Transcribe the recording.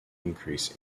increase